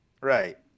Right